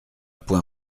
point